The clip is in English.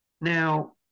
Now